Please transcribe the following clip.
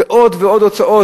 ועוד ועוד הוצאות,